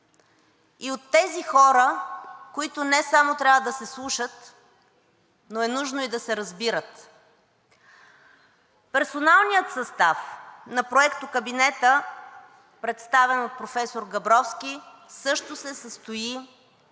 и от тези хора, които не само трябва да се слушат, но е нужно и да се разбират. Персоналният състав на проектокабинета, представен от професор Габровски, също се състои от